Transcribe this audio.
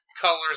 colors